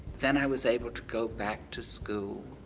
then i was able to go back to school,